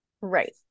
Right